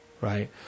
right